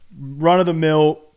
run-of-the-mill